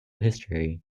history